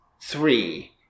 three